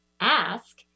ask